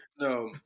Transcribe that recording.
No